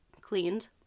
cleaned